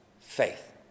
Faith